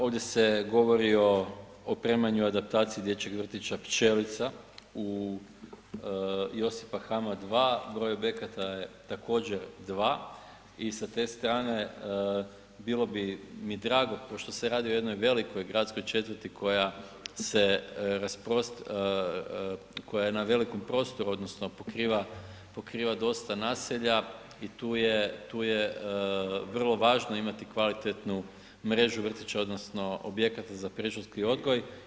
Ovdje se govori o opremanju i adaptaciji Dječjeg vrtića Pčelica u Josipa Hamma 2, broj objekata je također 2. i sa te strane bilo bi mi drago pošto se radi o jednoj velikoj gradskoj četvrti koja se, koja je na velikom prostoru odnosno pokriva dosta naselja i tu je vrlo važno imati kvalitetnu mrežu vrtića odnosno objekata za predškolski odgoj.